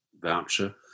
voucher